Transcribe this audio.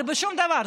זה לא בשום דבר,